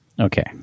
Okay